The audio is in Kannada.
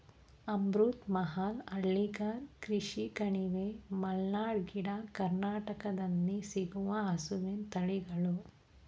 ಅಮೃತ್ ಮಹಲ್, ಹಳ್ಳಿಕಾರ್, ಕೃಷ್ಣ ಕಣಿವೆ, ಮಲ್ನಾಡ್ ಗಿಡ್ಡ, ಕರ್ನಾಟಕದಲ್ಲಿ ಸಿಗುವ ಹಸುವಿನ ತಳಿಗಳು